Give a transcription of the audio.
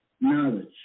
knowledge